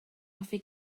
hoffi